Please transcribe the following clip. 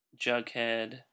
Jughead